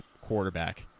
quarterback